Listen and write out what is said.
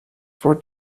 for